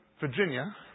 Virginia